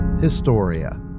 Historia